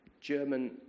German